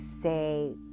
say